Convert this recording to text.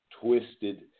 Twisted